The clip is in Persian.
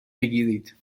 بگیرید